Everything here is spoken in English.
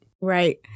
Right